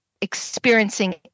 experiencing